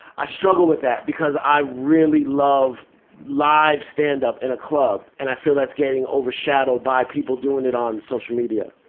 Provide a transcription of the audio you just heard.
i struggle with that because i really love live stand-up in a club, and i feel that's getting overshadowed by people doing it on social media.